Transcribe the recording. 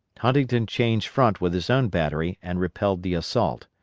huntington changed front with his own battery and repelled the assault.